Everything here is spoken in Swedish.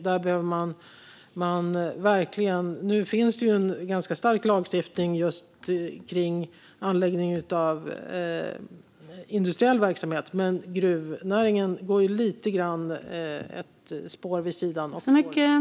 Det finns ju en ganska stark lagstiftning just om anläggningen av industriell verksamhet. Men gruvnäringen går lite grann på ett spår vid sidan av, som ett undantag.